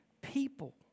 people